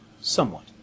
Somewhat